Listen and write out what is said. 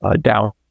down